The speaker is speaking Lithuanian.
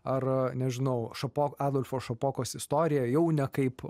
ar nežinau šapo adolfo šapokos istorija jau ne kaip